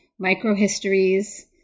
micro-histories